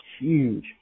huge